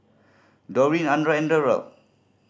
Dorene Andra and Derald